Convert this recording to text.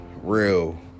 real